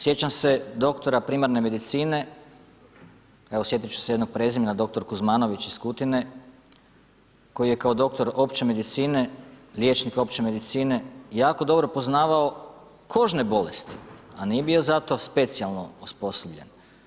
Sjećam se doktora primarne medicine, evo sjetit ću se jednog prezimena, doktor Kuzmanović iz Kutine koje je kao doktor opće medicine, liječnik opće medicine jako dobro poznavao kožne bolesti, a nije bio za to specijalno osposobljen.